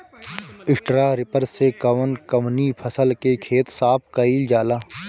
Straw reaper से कवन कवनी फसल के खेत साफ कयील जाला?